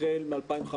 החל מ-2015.